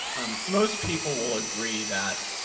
um most people will agree that